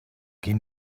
gehen